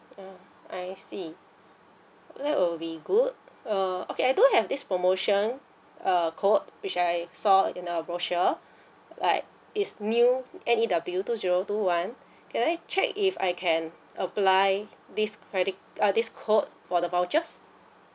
mm I see that will be good uh okay I do have this promotion uh code which I saw in a brochure like it's new N E W two zero two one can I check if I can apply this credit uh this code for the vouchers